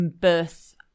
birth